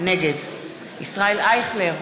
נגד ישראל אייכלר,